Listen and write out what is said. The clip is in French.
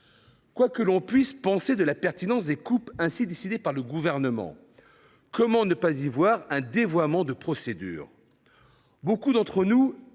Quoi que l’on puisse penser de la pertinence des coupes ainsi décidées par le Gouvernement, comment ne pas y voir un dévoiement de la procédure ?